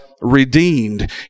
redeemed